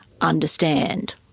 understand